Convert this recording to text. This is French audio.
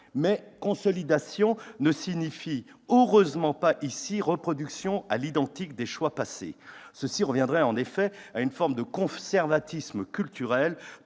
« consolidation » ne signifie heureusement pas ici « reproduction à l'identique » des choix passés. Cela reviendrait en effet à une forme de conservatisme culturel